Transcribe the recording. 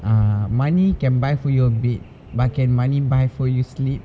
ah money can buy for your bed but can money buy for your sleep